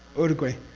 uruguay.